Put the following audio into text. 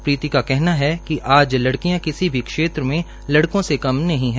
प्रीति का कहना है कि आज लड़कियां किसी भी क्षेत्र लड़को से कम नही है